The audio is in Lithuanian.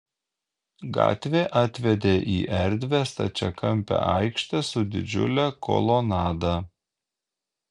gatvė atvedė į erdvią stačiakampę aikštę su didžiule kolonada